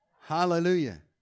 Hallelujah